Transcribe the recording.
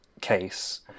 case